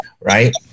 right